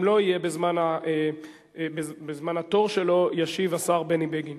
אם לא יהיה בזמן התור שלו, ישיב השר בני בגין.